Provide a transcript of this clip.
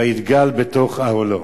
ויתגל בתוך אהלה".